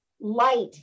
light